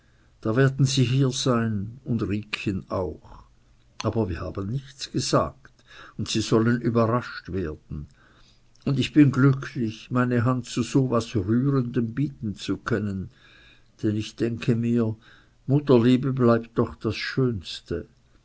da werden sie hier sein und riekchen auch aber wir haben nichts gesagt und sie sollen überrascht werden und ich bin glücklich meine hand zu so was rührendem bieten zu können denn ich denke mir mutterliebe bleibt doch das schönste